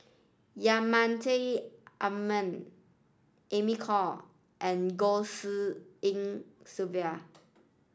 Yasman Aman Amy Khor and Goh Tshin En Sylvia